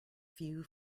few